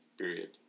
Period